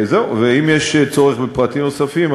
אם יש צורך בפרטים נוספים,